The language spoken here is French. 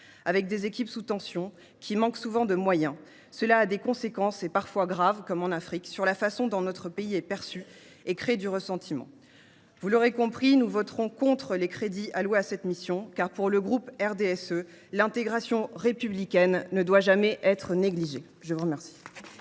avec des équipes sous tension, qui manquent souvent de moyens, cela a des conséquences parfois graves, comme en Afrique, sur la façon dont notre pays est perçu, et crée du ressentiment. Vous l’aurez compris, nous voterons contre les crédits alloués à cette mission : pour le groupe RDSE, l’intégration républicaine ne doit jamais être négligée.